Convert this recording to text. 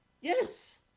Yes